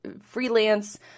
freelance